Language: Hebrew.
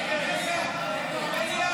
הוועדה, נתקבל.